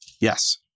Yes